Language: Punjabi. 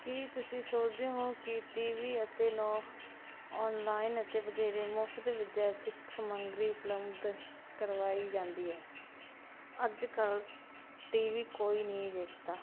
ਕੀ ਤੁਸੀਂ ਸੋਚਦੇ ਹੋ ਕਿ ਟੀਵੀ ਅਤੇ ਨੌ ਆਨਲਾਈਨ ਅਤੇ ਵਧੇਰੇ ਮੁਫਤ ਵਿਦਿਅਥਿਕ ਸਮਗਰੀ ਉਪਲਬਧ ਕਰਵਾਈ ਜਾਂਦੀ ਹੈ ਅੱਜ ਕੱਲ੍ਹ ਟੀਵੀ ਕੋਈ ਨਹੀਂ ਦੇਖਦਾ